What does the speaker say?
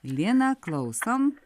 lina klausom